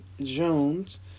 Jones